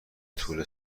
طول